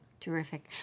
terrific